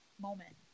moment